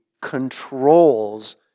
controls